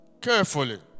carefully